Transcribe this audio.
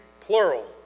plural